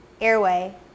airway